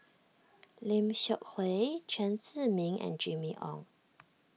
Lim Seok Hui Chen Zhiming and Jimmy Ong